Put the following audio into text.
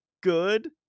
good